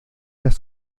las